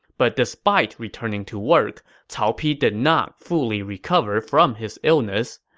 but despite returning to work, cao pi did not fully recover from his illness.